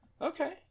Okay